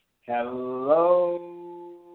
Hello